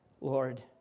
Lord